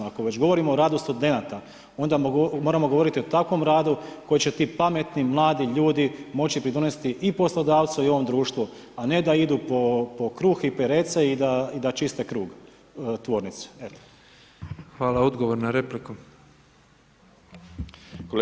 Ako već govorimo o radu studenata, onda moramo govoriti o takvom radu kojim će ti pametni, mladi ljudi moći pridonositi i poslodavcu i ovom društvu a ne da idu po kruh i perece i da čiste krug, tvornicu.